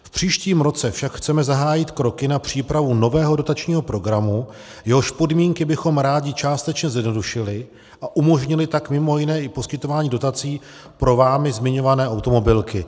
V příštím roce však chceme zahájit kroky na přípravu nového dotačního programu, jehož podmínky bychom rádi částečně zjednodušili, a umožnili tak mimo jiné i poskytování dotací pro vámi zmiňované automobilky.